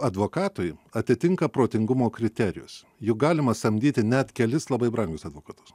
advokatui atitinka protingumo kriterijus juk galima samdyti net kelis labai brangius advokatus